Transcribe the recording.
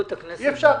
אי אפשר ככה.